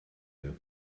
nhw